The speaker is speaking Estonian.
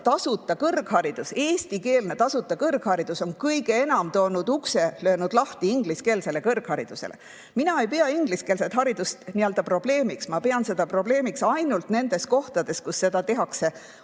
tasuta kõrgharidus, eestikeelne tasuta kõrgharidus on kõige enam löönud ukse lahti ingliskeelsele kõrgharidusele. Mina ei pea ingliskeelset haridust probleemiks. Ma pean seda probleemiks ainult nendes kohtades, kus seda tehakse